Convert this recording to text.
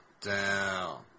down